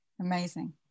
Amazing